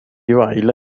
la